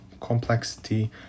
complexity